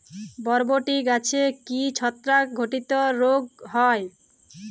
বরবটি গাছে কি ছত্রাক ঘটিত রোগ হয়?